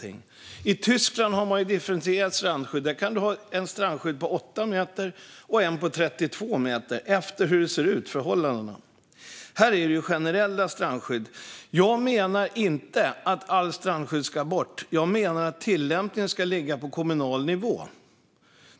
I Tyskland har man ett differentierat strandskydd. Där kan du ha ett strandskydd på 8 meter och ett på 32 meter efter hur förhållandena ser ut. Men här har vi generella strandskydd. Jag menar inte att allt strandskydd ska bort. Jag menar att tillämpningen ska ligga på kommunal nivå.